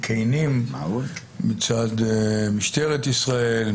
כנים מצד משטרת ישראל,